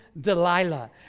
Delilah